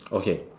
okay